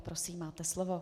Prosím, máte slovo.